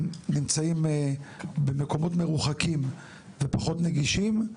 נמצאים במקומות מרוחקים ופחות נגישים,